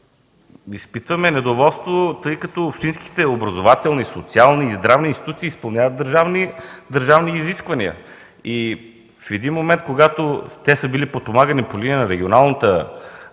изпитваме недоволство, тъй като общинските, образователни, социални и здравни институции изпълняват държавни изисквания. В един момент, когато те са били подпомагани по линия на Програмата